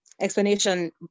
explanation